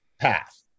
path